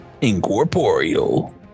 incorporeal